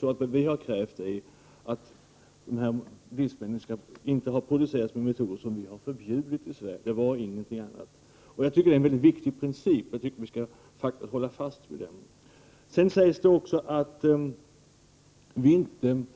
Vad vi har krävt är ju att dessa livsmedel inte skall produceras med metoder som har förbjudits i Sverige. Jag tycker att det är en viktig princip, som vi skall hålla fast vid. Jordbruksministern säger också att Sverige vid